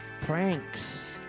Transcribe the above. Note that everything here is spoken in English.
Pranks